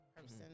person